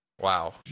Wow